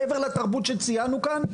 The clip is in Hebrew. מעבר לתרבות שציינו כאן,